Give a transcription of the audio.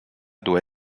doit